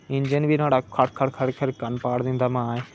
engine बी नुआढ़ा खड़ खड़ कन्न फाड़ी ओड़दा माए